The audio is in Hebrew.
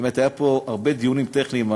היו פה הרבה דיונים טכניים,